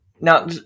now